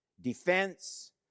defense